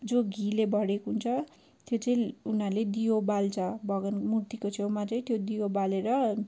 जो घिउले भरिएको हुन्छ त्यो चाहिँ उनीहरूले दियो बाल्छ भगवान मूर्तिको छेउमा तै त्यो दियो बालेर